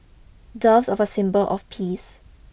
doves are a symbol of peace